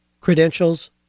credentials